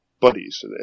buddies